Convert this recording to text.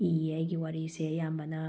ꯏꯌꯦ ꯑꯩꯒꯤ ꯋꯥꯔꯤꯁꯦ ꯑꯌꯥꯝꯕꯅ